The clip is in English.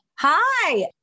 hi